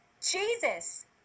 Jesus